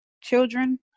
children